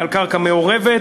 הן על קרקע מעורבת,